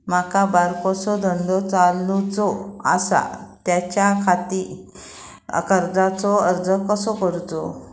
माका बारकोसो धंदो घालुचो आसा त्याच्याखाती कर्जाचो अर्ज कसो करूचो?